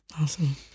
Awesome